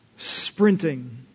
sprinting